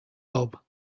bulb